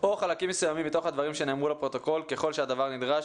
או חלקים מסוימים מתוך הדברים שנאמרו לפרוטוקול ככל שהדבר נדרש,